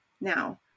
Now